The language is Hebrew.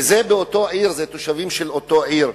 וזה באותה עיר ואלה תושבים של אותה עיר.